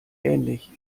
ähnlich